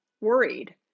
worried